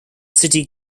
city